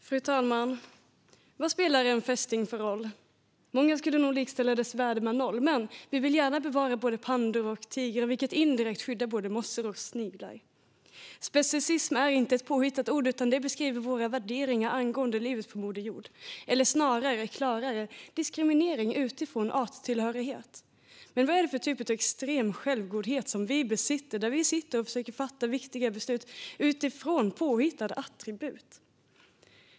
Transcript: Fru talman! Vad spelar en fästing för roll? Många skulle nog likställa dess värde med noll, men vi vill gärna bevara pandor och tigrar, vilket indirekt skyddar både mossor och sniglar. Speciesism är inte ett påhittat ord utan det beskriver våra värderingar angående livet på moder jord, eller snarare och klarare diskriminering utifrån arttillhörighet. Men vad är det för typ av extrem självgodhet som vi besitter där vi sitter och försöker fatta viktiga beslut utifrån påhittade attribut?